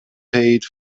paid